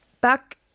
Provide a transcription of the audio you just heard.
back